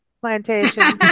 Plantation